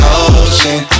ocean